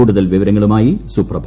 കൂടുതൽ വിവരങ്ങളുമായി സുപ്രഭ